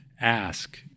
ask